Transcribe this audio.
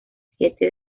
siete